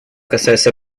касается